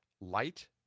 light